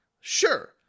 Sure